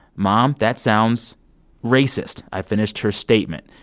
mom, that sounds racist. i finished her statement.